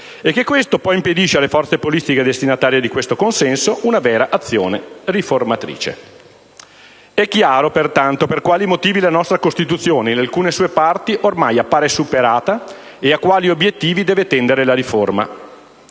e che questo poi impedisce alle forze politiche destinatarie di questo consenso una vera azione riformatrice. È chiaro pertanto per quali motivi la nostra Costituzione, in alcune sue parti, ormai appare superata e a quali obiettivi deve tendere la riforma.